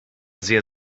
sehr